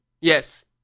Yes